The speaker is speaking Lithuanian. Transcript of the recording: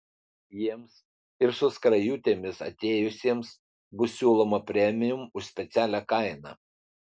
jiems ir su skrajutėmis atėjusiems bus siūloma premium už specialią kainą